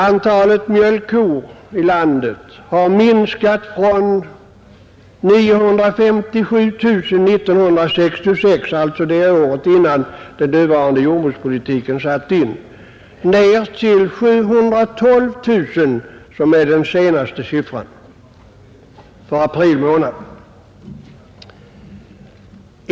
Antalet mjölkkor i landet har minskat från 957 009 år 1966 — alltså året innan den nuvarande jordbrukspolitiken satte in — till 712 000, som är den senaste siffran, för april månad i år.